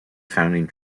founding